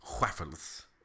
waffles